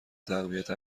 تقویت